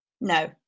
No